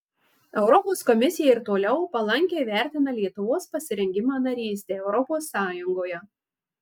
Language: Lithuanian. europos komisija ir toliau palankiai vertina lietuvos pasirengimą narystei europos sąjungoje